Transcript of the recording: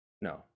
no